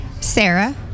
Sarah